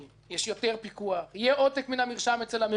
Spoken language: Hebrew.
יש יותר פיקוח, יהיה עותק מהמרשם אצל הממונה.